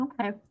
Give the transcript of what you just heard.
Okay